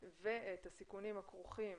ואת הסיכונים הכרוכים